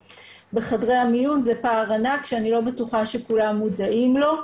בחדרי המיון זה פער ענק שאני לא בטוחה שכולם מודעים לו.